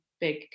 Big